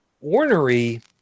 ornery